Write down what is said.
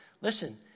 Listen